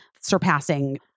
surpassing